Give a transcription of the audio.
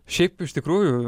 šiaip iš tikrųjų